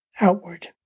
outward